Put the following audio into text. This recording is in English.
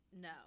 no